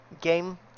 game